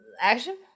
action